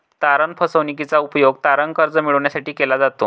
तारण फसवणूकीचा उपयोग तारण कर्ज मिळविण्यासाठी केला जातो